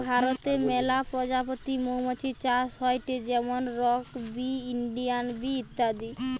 ভারতে মেলা প্রজাতির মৌমাছি চাষ হয়টে যেমন রক বি, ইন্ডিয়ান বি ইত্যাদি